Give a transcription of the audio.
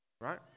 right